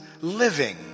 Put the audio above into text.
living